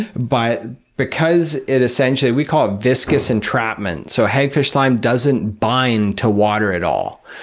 but because it essentially, we call it viscous entrapment so hagfish slime doesn't bind to water at all,